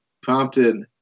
prompted